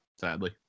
Sadly